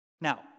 Now